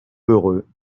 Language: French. heureux